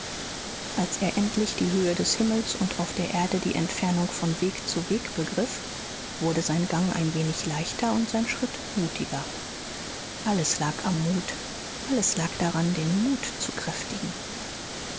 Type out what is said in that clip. als er endlich die höhe des himmels und auf der erde die entfernung von weg zu weg begriff wurde sein gang ein wenig leichter und sein schritt mutiger alles lag am mut alles lag daran den mut zu kräftigen